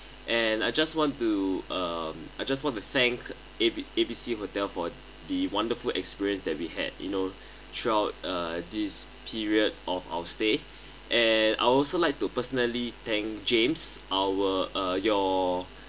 and I just want to um I just want to thank A B A B C for the wonderful experience that we had you know throughout uh this period of our stay and I also like to personally thank james our uh your